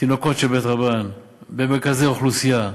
תינוקות של בית רבן, במרכזי אוכלוסייה,